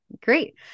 Great